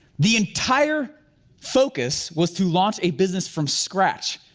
the entire focus was to launch a business from scratch.